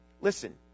Listen